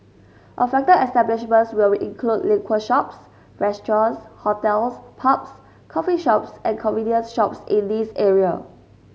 affected establishments will include liquor shops restaurants hotels pubs coffee shops and convenience shops in these areas